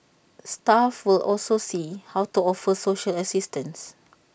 staff will also see how to offer social assistance